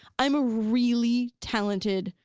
i'm a really talented,